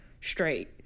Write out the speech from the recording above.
straight